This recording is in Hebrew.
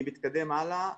אני מתקדם הלאה.